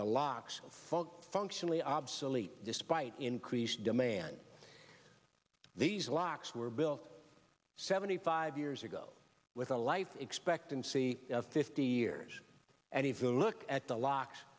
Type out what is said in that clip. the locks fog functionally obsolete despite increased man these locks were built seventy five years ago with a life expectancy of fifty years and if you look at the locks